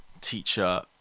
teacher